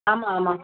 ஆமாம் ஆமாம்